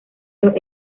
los